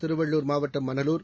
திருவள்ளுர் மாவட்டம் மணலூர்